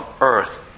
earth